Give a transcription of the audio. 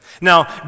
Now